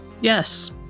Yes